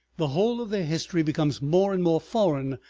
the whole of their history becomes more and more foreign,